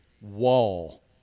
wall